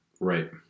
right